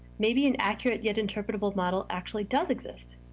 maybe an accurate yet interpretable model actually does exist.